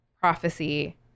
prophecy